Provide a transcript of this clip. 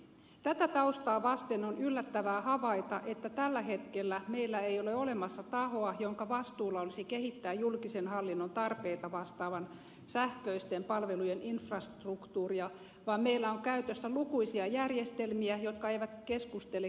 tätä taustaa vasten on yllättävää havaita että tällä hetkellä meillä ei ole olemassa tahoa jonka vastuulla olisi kehittää julkisen hallinnon tarpeita vastaavien sähköisten palvelujen infrastruktuuria vaan meillä on käytössä lukuisia järjestelmiä jotka eivät keskustele keskenään